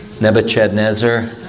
Nebuchadnezzar